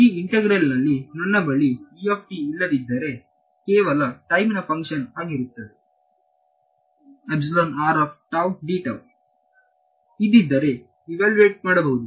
ಈ ಇಂತೆಗ್ರಲ್ ನಲ್ಲಿ ನನ್ನ ಬಳಿ ಇಲ್ಲದಿದ್ದರೆ ಕೇವಲ ಟೈಮ್ ನ ಫಂಕ್ಷನ್ಸ್ ಆಗಿರುವ ಇದ್ದಿದ್ದರೆ ಇವಾಲುವೇಟ್ ಮಾಡಬಹುದು